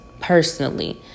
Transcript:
Personally